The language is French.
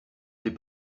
les